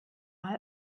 mal